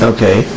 Okay